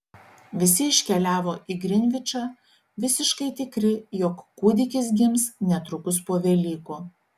visi iškeliavo į grinvičą visiškai tikri jog kūdikis gims netrukus po velykų